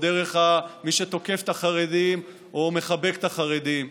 או דרך מי שתוקף את החרדים או מחבק את החרדים,